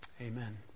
Amen